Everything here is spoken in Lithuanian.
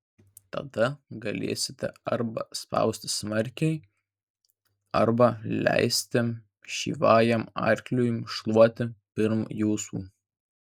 tada galėsite arba spausti smarkiai arba leisti šyvajam arkliukui šuoliuoti pirm jūsų